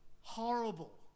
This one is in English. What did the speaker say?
horrible